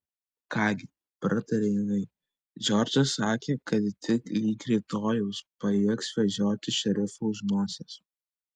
ką gi prataria jinai džordžą sakė kad tik lig rytojaus pajėgs vedžioti šerifą už nosies